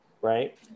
Right